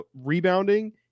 rebounding